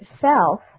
self